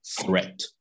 threat